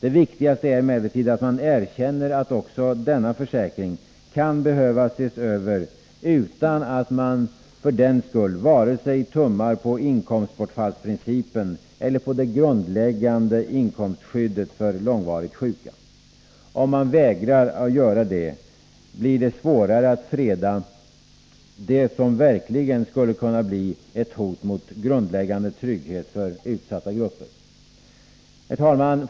Det viktigaste är emellertid att man erkänner att också denna försäkring kan behöva ses över, utan att man för den skull tummar på vare sig inkomstbortfallsprincipen eller det grundläggande inkomstskyddet för långvarigt sjuka. Om man vägrar att göra det blir det svårare att freda sig mot det som verkligen skulle kunna bli ett hot mot grundläggande trygghet för utsatta grupper. Herr talman!